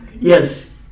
Yes